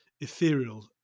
ethereal